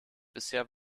bisher